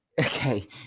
okay